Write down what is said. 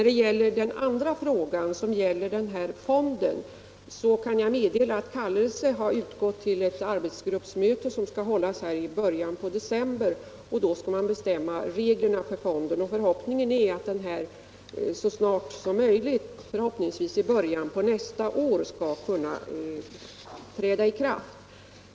Beträffande den andra frågan, som gäller EFTA-fonden, kan jag meddela att kallelse utgått till ett arbetsgruppsmöte som skall hållas i början av december. Då skall man bestämma reglerna för fonden. Förhoppningen är att den så snart som möjligt — förhoppningsvis i början på nästa år — skall kunna träda i funktion.